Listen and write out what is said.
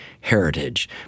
heritage